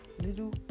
little